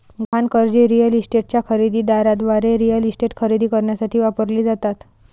गहाण कर्जे रिअल इस्टेटच्या खरेदी दाराद्वारे रिअल इस्टेट खरेदी करण्यासाठी वापरली जातात